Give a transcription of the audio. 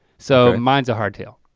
so mine's a hard tail.